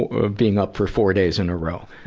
sort of being up for four days in a row.